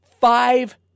five